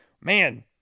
man